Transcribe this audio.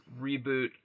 reboot